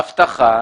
אבטחה,